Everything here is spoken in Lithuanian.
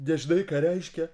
nežinai ką reiškia